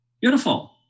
Beautiful